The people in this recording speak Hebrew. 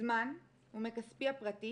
זמן ומכספי הפרטי